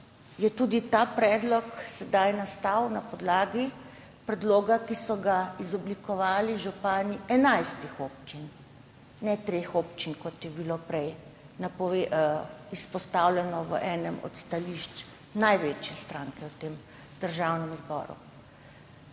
je tudi ta predlog sedaj nastal na podlagi predloga, ki so ga izoblikovali župani 11 občin, ne treh občin, kot je bilo prej izpostavljeno v enem od stališč največje stranke v tem državnem zboru.